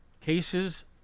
cases